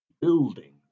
buildings